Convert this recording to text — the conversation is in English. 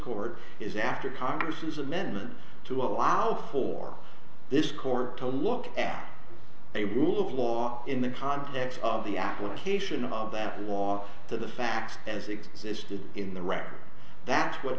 court is after congress's amendment to allow for this court to look at a rule of law in the context of the application of that law to the facts as existed in the record that's what